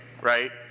right